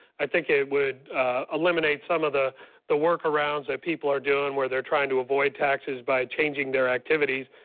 i think it would eliminate some of the the work-arounds that people are doing where they're trying to avoid taxes by changing their activity.